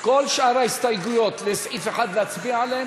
כל שאר ההסתייגויות לסעיף 1, להצביע עליהן?